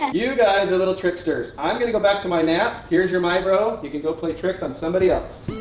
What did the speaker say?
and you guys are little tricksters. i'm gonna go back to my nap. here's your mibro. you can go play tricks on somebody else.